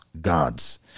gods